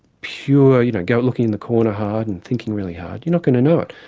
pure you know go looking in the corner hard and thinking really hard, you're not going to know it.